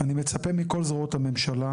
אני מצפה מכל זרועות הממשלה,